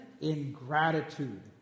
ingratitude